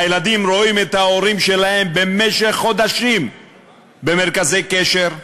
הילדים רואים את ההורים שלהם במשך חודשים במרכזי קשר.